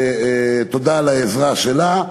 תודה על העזרה שלה,